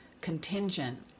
contingent